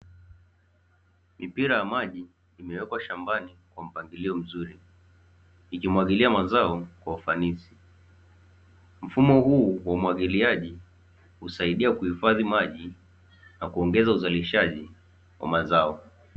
Mipira ya maji imewekwa shambani kwa mpangilio mzuri, ikimwagilia mazao kwa ufanisi. Mfumo huu wa umwagiliaji husaidia kuhifadhi maji na kuongeza uzalishaji wa mazao.